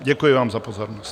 Děkuji vám za pozornost.